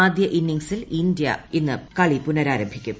ആദ്യ innings India ഇന്ന് പുനരാരംഭിക്കും